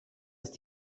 ist